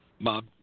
Bob